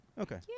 Okay